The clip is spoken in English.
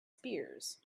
spears